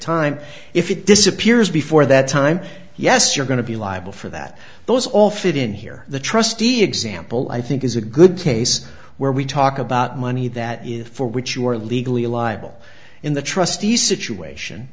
time if it disappears before that time yes you're going to be liable for that those all fit in here the trustee example i think is a good case where we talk about money that is for which you are legally liable in the trustee situation